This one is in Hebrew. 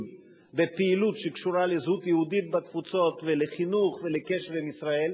בפעילות שקשורה לזהות יהודית בתפוצות ולחינוך ולקשר עם ישראל,